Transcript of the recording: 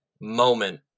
moment